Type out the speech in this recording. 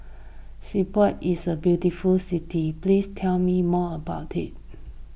Skopje is a beautiful city please tell me more about it